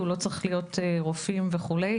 פורמט שלא צריך להיות רופא בשבילו.